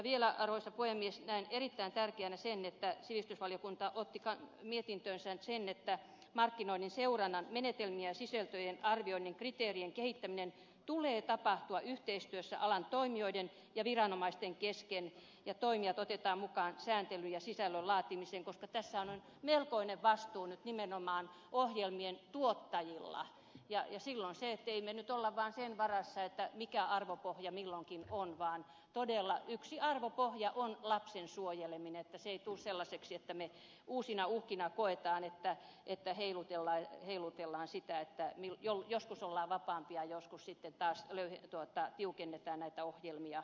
vielä arvoisa puhemies näen erittäin tärkeänä sen että sivistysvaliokunta otti mietintöönsä sen että markkinoinnin seurannan menetelmien ja sisältöjen arvioinnin kriteerien kehittämisen tulee tapahtua yhteistyössä alan toimijoiden ja viranomaisten kesken ja toimijat otetaan mukaan sääntelyn ja sisällön laatimiseen koska tässähän on melkoinen vastuu nyt nimenomaan ohjelmien tuottajilla ja silloin se on tärkeätä ettemme me nyt ole vaan sen varassa mikä arvopohja milloinkin on vaan todella yksi arvopohja on lapsen suojeleminen että se ei tule sellaiseksi että me uusina uhkina koemme että heilutellaan sitä että joskus ollaan vapaampia ja joskus sitten taas tiukennetaan näiden ohjelmien valvontaa